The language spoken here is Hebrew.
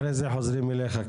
אחרי זה חוזרים אליך,